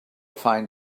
find